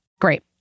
Great